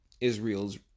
Israel's